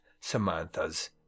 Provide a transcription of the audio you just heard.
samantha's